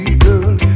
girl